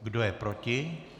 Kdo je proti?